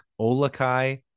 Olakai